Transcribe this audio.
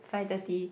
five thirty